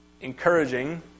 encouraging